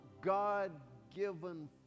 God-given